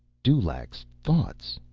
dulaq's thoughts!